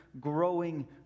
growing